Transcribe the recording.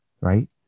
right